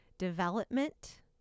development